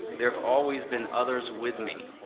there's always been others with me